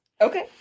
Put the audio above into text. Okay